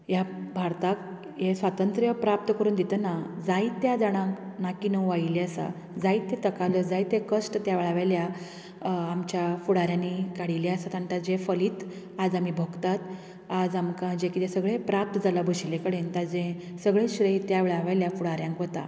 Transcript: ह्या भारताक हे स्वातंत्रय प्राप्त करून दितना जायत्या जाणांक नाकिनव आयिल्ली आसा जायती तकालस जायते कश्ट त्या वेळा वयल्या आमच्या फुडाऱ्यांनी काडिल्ले आसा ताचे फलीत आज आमी भोगतात आज आमकां जें कितें सगळें प्राप्त जालां बशिल्ले कडेन ताजें सगळें श्रेय त्या वेळा वयल्या फुडाऱ्यांक वता